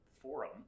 forum